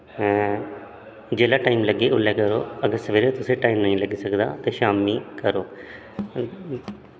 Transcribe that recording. हैं जेल्लै टाइम लग्गे उसलै करो अगर सवेरे तुसेंगी टाइम नेईं लग्गी सकदा ते शाम्मीं करो